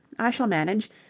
i shall manage.